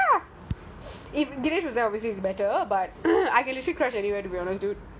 are you sure